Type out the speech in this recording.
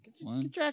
One